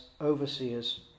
overseers